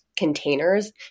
containers